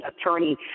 attorney